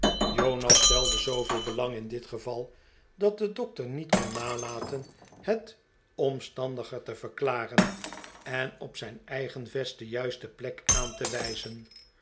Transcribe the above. jonas stelde zooveel belang in dit geval dat de dokter niet kon nalaten het omstandiger te verklaren en op zijn eigen vest de juiste plek aan te wijzen